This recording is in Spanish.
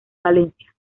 valencia